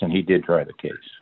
and he did try to kids